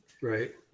Right